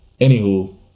Anywho